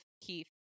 Keith